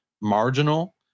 marginal